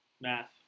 math